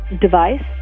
device